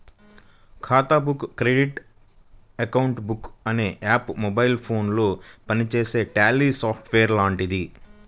ఖాతా book credit account book అనే app mobile ఫోనులో పనిచేసే ట్యాలీ సాఫ్ట్ వేర్ లాంటిది